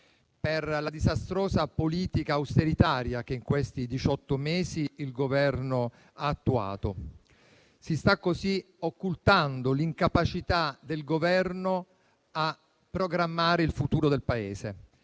per la disastrosa politica austeritaria che in questi diciotto mesi il Governo ha attuato. Si sta così occultando l'incapacità del Governo a programmare il futuro del Paese